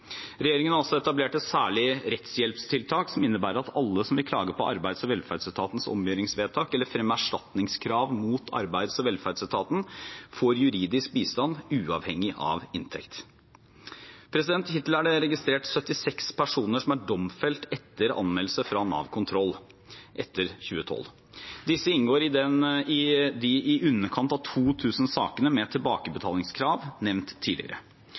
Regjeringen har også etablert et særlig rettshjelpstiltak som innebærer at alle som vil klage på Arbeids- og velferdsetatens omgjøringsvedtak, eller fremme erstatningskrav mot Arbeids- og velferdsetaten, får juridisk bistand uavhengig av inntekt. Hittil er det registrert 76 personer som er domfelt etter anmeldelse fra Nav kontroll etter 2012. Disse inngår i de i underkant av 2 000 sakene med tilbakebetalingskrav nevnt tidligere.